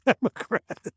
Democrat